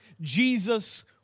Jesus